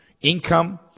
Income